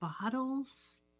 bottles